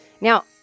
Now